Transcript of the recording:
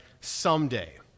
someday